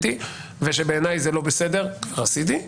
ושזה לא בסדר בעיניי כבר עשיתי.